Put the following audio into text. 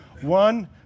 One